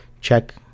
check